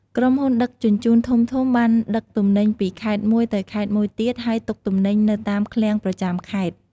ក្រុមហ៊ុនដឹកជញ្ជូនធំៗបានដឹកទំនិញពីខេត្តមួយទៅខេត្តមួយទៀត ហើយទុកទំនិញនៅតាមឃ្លាំងប្រចាំខេត្ត។